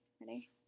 Ready